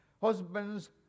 Husbands